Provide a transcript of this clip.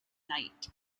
night